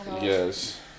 Yes